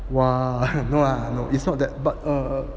!wah! no lah no it's not that but err